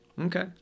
okay